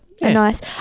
nice